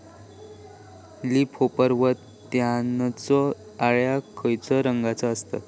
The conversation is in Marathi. लीप होपर व त्यानचो अळ्या खैचे रंगाचे असतत?